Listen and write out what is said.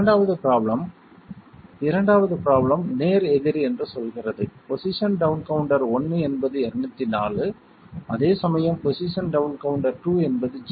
இரண்டாவது ப்ராப்ளம் 2வது ப்ராப்ளம் நேர் எதிர் என்று சொல்கிறது பொசிஷன் டவுன் கவுண்டர் 1 என்பது 204 அதே சமயம் பொசிஷன் டவுன் கவுண்டர் 2 என்பது 0